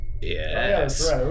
Yes